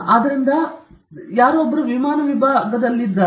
ಆದ್ದರಿಂದ ಅವರು ವಿಮಾನ ವಿಭಾಗ ವಿಭಾಗದಲ್ಲಿದ್ದಾರೆ